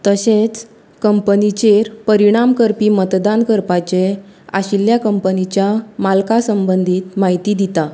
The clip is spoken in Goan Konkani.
तशेंच कंपनीचेर परिणाम करपी मतदान करपाचे आशिल्ल्या कंपनीच्या मालका संबंदीत म्हायती दिता